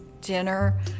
dinner